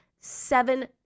seven